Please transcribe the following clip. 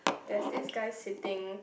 there's this guy sitting